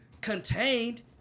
contained